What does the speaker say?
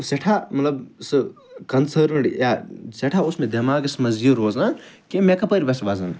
سٮ۪ٹھاہ مطلب سُہ کٔنسٔرنٕڈ یا سٮ۪ٹھاہ اوس مےٚ دماغَس مَنٛز یہِ روزان کہِ مےٚ کَپٲرۍ وَسہِ وَزَن